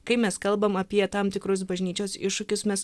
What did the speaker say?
kai mes kalbame apie tam tikrus bažnyčios iššūkius mes